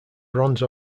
bronze